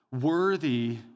worthy